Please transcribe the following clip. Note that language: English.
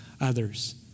others